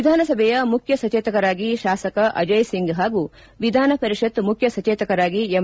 ವಿಧಾನಸಭೆಯ ಮುಖ್ಯ ಸಜೇತಕರಾಗಿ ಶಾಸಕ ಅಜಯ್ ಸಿಂಗ್ ಹಾಗೂ ವಿಧಾನಪರಿಷತ್ ಮುಖ್ಯ ಸಜೇತಕರಾಗಿ ಎಂ